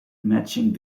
matching